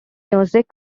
music